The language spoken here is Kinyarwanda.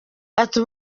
ati